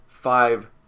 five